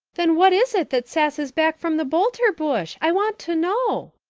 then what is it that sasses back from the boulter bush? i want to know,